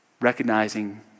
Recognizing